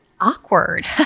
awkward